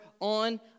on